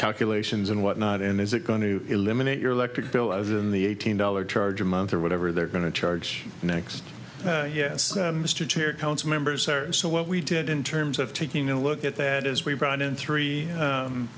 calculations and whatnot and is it going to eliminate your electric bill as in the eighteen dollars charge a month or whatever they're going to charge next yes mr chair council members so what we did in terms of taking a look at that is we brought in three